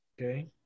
Okay